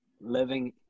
living